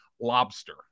lobster